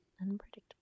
Unpredictable